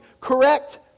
correct